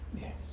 Yes